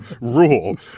rule